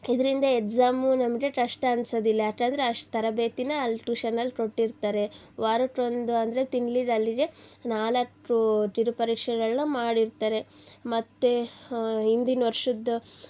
ಇದರಿಂದ ಎಕ್ಸಾಮು ನಮಗೆ ಕಷ್ಟ ಅನ್ಸೋದಿಲ್ಲ ಯಾಕಂದರೆ ಅಷ್ಟು ತರಬೇತಿನ ಅಲ್ಲಿ ಟೂಶನಲ್ಲಿ ಕೊಟ್ಟಿರ್ತಾರೆ ವಾರಕ್ಕೊಂದು ಅಂದರೆ ತಿಂಗಳಿಗೆ ಅಲ್ಲಿಗೆ ನಾಲ್ಕು ಕಿರುಪರೀಕ್ಷೆಗಳನ್ನ ಮಾಡಿರ್ತಾರೆ ಮತ್ತು ಹಿಂದಿನ ವರ್ಷದ್ದು